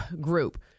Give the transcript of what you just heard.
group